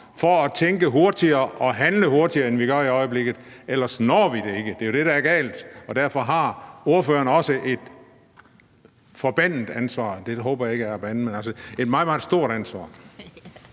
for at tænke hurtigere og handle hurtigere, end vi gør i øjeblikket. Ellers når vi det ikke. Det er jo det, der er galt, og derfor har ordføreren også et forbandet ansvar, det håber jeg ikke er at bande, men altså et meget, meget stort ansvar.